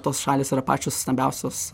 tos šalys yra pačios stambiausios